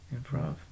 Improv